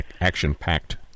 action-packed